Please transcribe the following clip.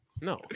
No